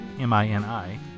M-I-N-I